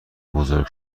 بزرگ